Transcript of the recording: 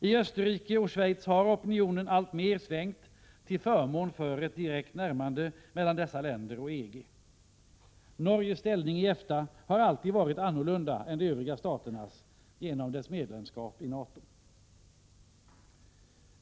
I Österrike och Schweiz har opinionen alltmer svängt till förmån för ett direkt närmande mellan dessa länder och EG. Norges ställning i EFTA har alltid varit annorlunda än de övriga staternas genom medlemskapet i NATO.